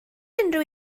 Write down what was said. unrhyw